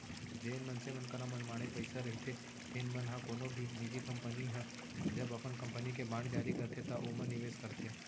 जेन मनसे मन करा मनमाड़े पइसा रहिथे तेन मन ह कोनो भी निजी कंपनी ह जब अपन कंपनी के बांड जारी करथे त ओमा निवेस करथे